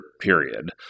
period